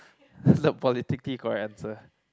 the politically correct answer